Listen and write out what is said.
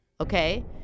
Okay